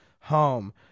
home